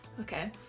Okay